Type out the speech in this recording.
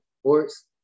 sports